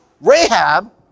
Rahab